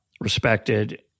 respected